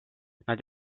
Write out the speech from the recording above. nad